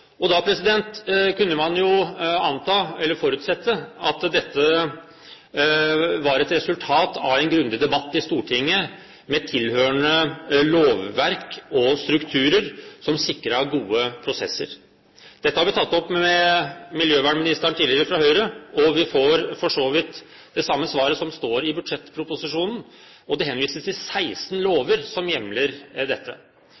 Da kunne man jo anta, eller forutsette, at dette var et resultat av en grundig debatt i Stortinget, med tilhørende lovverk og strukturer som sikret gode prosesser. Dette har vi fra Høyre tatt opp med miljøvernministeren tidligere, og vi får for så vidt dette samme svaret som står i budsjettproposisjonen, og det henvises til 16 lover som hjemler dette.